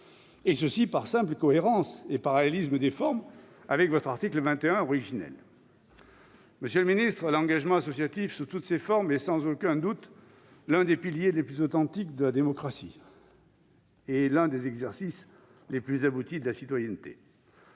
par simple cohérence et parallélisme des formes avec votre article 21 originel. Monsieur le ministre, l'engagement associatif sous toutes ses formes est sans aucun doute l'un des piliers les plus authentiques de la démocratie et l'un des exercices les plus aboutis de la citoyenneté.